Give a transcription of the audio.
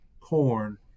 corn